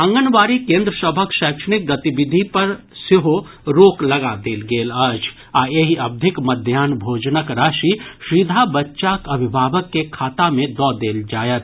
आंगनबाडी केन्द्र सभक शैक्षणिक गतिविधि पर सेहो रोक लगा देल गेल अछि आ एहि अवधिक मध्याह्न भोजनक राशि सीधा बच्चाक अभिभावक के खाता मे दऽ देल जायत